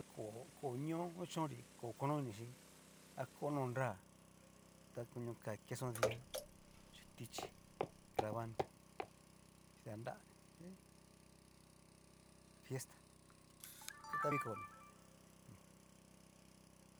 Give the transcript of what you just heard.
Koó ñó kuchonri a koó kono inichí ha koó no nra, ta konaka queso dian, chin tichí, nravano dita nrani si fiesta vikoni.